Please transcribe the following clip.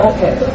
Okay